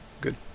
good